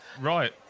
Right